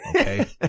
okay